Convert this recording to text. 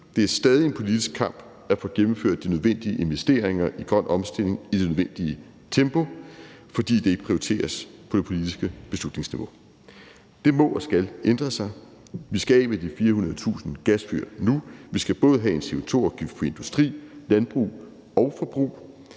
Det er stadig en politisk kamp at få gennemført de nødvendige investeringer i grøn omstilling i det nødvendige tempo, fordi det ikke prioriteres på det politiske beslutningsniveau. Det må og skal ændre sig. Vi skal af med de 400.000 gasfyr nu, vi skal både have en CO2-afgift på industri og landbrug og på forbrug,